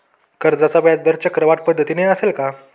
कर्जाचा व्याजदर चक्रवाढ पद्धतीने असेल का?